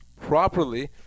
properly